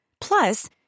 Plus